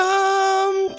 Come